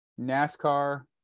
NASCAR